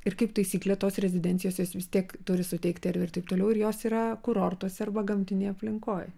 ir kaip taisyklė tos rezidencijos jos vis tiek turi suteikti erdvę ir taip toliau ir jos yra kurortuose arba gamtinėj aplinkoj